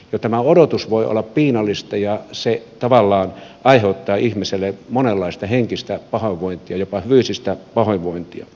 jo tämä odotus voi olla piinallista ja se tavallaan aiheuttaa ihmiselle monenlaista henkistä pahoinvointia jopa fyysistä pahoinvointia